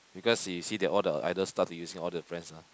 because she see that all the idol star to using all the friends ah